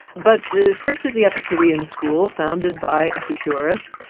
but first is the epicurean school, founded by epicurus,